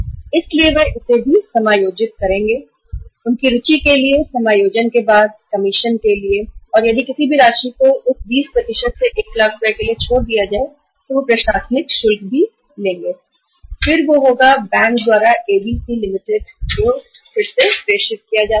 ब्याज कमीशन और प्रशासनिक समायोजित करने के बाद अगर उस 20 या 1 लाख रुपए में से कुछ बचता है तो वह बैंक द्वारा ABC Ltd को फिर से प्रेषित किया जा सकता है